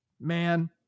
man